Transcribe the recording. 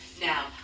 Now